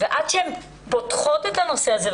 ועד שהן פותחות את הנושא הזה,